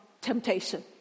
temptation